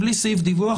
בלי סעיף דיווח,